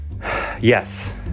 Yes